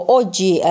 oggi